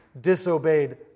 disobeyed